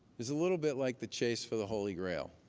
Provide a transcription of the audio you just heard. is a little bit like the chase for the holy grail.